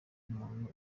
umuntu